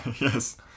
Yes